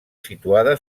situada